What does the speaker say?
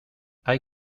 hay